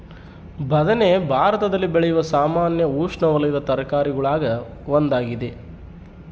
ಬದನೆ ಭಾರತದಲ್ಲಿ ಬೆಳೆಯುವ ಸಾಮಾನ್ಯ ಉಷ್ಣವಲಯದ ತರಕಾರಿಗುಳಾಗ ಒಂದಾಗಿದೆ